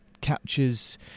captures